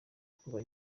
kuba